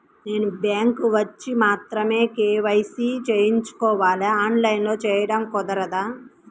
నేను బ్యాంక్ వచ్చి మాత్రమే కే.వై.సి చేయించుకోవాలా? ఆన్లైన్లో చేయటం కుదరదా?